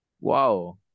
Wow